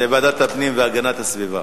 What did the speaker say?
זה ועדת הפנים והגנת הסביבה.